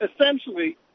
essentially